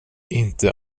inte